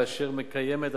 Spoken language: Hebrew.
ואשר מקיימת,